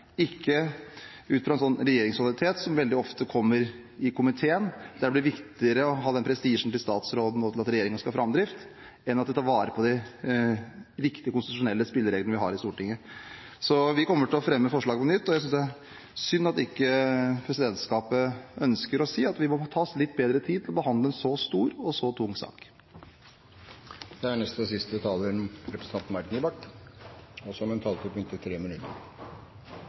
ikke ut fra en sånn regjeringslojalitet som veldig ofte kommer i komiteen, der det blir viktigere med prestisjen til statsråden og at regjeringen skal ha framdrift, enn å ta vare på de viktige konstitusjonelle spillereglene vi har i Stortinget. Så vi kommer til å fremme forslaget på nytt, og jeg synes det er synd at ikke presidentskapet ønsker å si at vi må ta oss litt bedre tid til å behandle en så stor og så tung sak. Nå bruker representanten Slagsvold Vedum uttrykkene Stortinget og